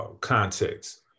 Context